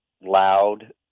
loud